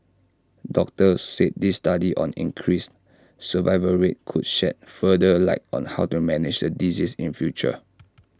doctors said this study on increased survival rate could shed further light on how to manage the disease in future